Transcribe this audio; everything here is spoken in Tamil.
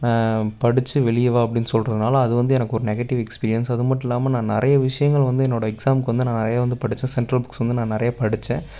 படிச்சு வெளியே வா அப்படின்னு சொல்லுறனால அது வந்து எனக்கு ஒரு நெகட்டிவ் எக்ஸ்பீரியன்ஸ் அதுமட்டும் இல்லாமல் நான் நிறையா விஷயங்கள் வந்து என்னோட எக்ஸாம்க்கு வந்து நான் நிறையா வந்து படிச்சு சென்ட்ரல் புக்ஸ் வந்து நான் நிறையா படிச்சன்